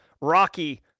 Rocky